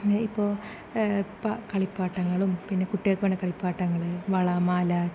ഇപ്പോൾ ഇപ്പം കളിപ്പാട്ടങ്ങളും പിന്നെ കുട്ടികൾക്കു വേണ്ട കളിപ്പാട്ടങ്ങൾ വള മാല